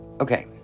Okay